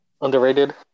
underrated